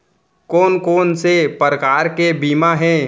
कोन कोन से प्रकार के बीमा हे?